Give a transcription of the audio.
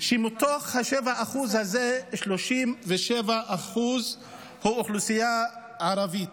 ומתוך ה-7% הזה 37% הם אוכלוסייה ערבית.